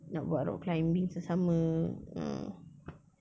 nak buat rock climbing sama-sama ah